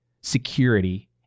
security